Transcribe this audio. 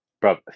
Bro